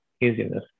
Easiness